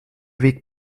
big